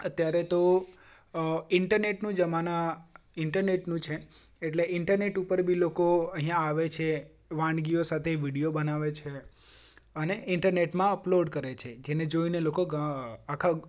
અત્યારે તો ઈન્ટરનેટનું જમાના ઈન્ટરનેટનું છે એટલે ઈન્ટરનેટ ઉપર બી લોકો અહીંયા આવે છે વાનગીઓ સાથે વિડીયો બનાવે છે અને ઈન્ટરનેટમાં અપલોડ કરે છે જેને જોઈને લોકો આખા